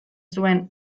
zuen